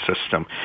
system